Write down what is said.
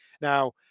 Now